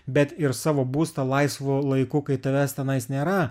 bet ir savo būstą laisvu laiku kai tavęs tenais nėra